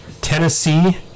Tennessee